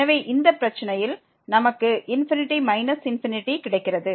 எனவே இந்த பிரச்சனையில் நமக்கு ∞∞ கிடைக்கிறது